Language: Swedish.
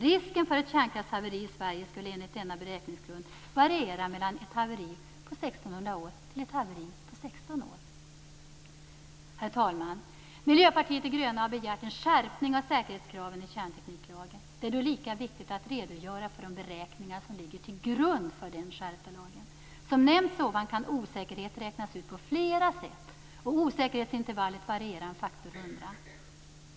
Risken för ett kärnkraftshaveri i Sverige skulle enligt denna beräkningsgrund variera mellan ett haveri på 1 600 år till ett haveri på 16 år. Herr talman! Miljöpartiet de gröna har begärt en skärpning av säkerhetskraven i kärntekniklagen. Det är lika viktigt att redogöra för de beräkningar som ligger till grund för den skärpta lagen. Som nämnts tidigare kan osäkerhet räknas ut på flera sätt och osäkerhetsintervallet variera med en faktor 100.